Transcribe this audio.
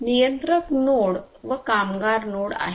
तेथे नियंत्रक नोड व कामगार नोड आहेत